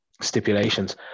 stipulations